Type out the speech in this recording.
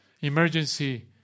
emergency